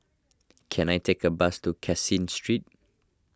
can I take a bus to Caseen Street